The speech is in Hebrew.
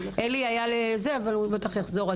אלי היה, אבל הוא בטח יחזור.